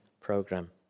program